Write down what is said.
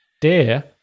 Dear